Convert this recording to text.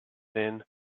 thin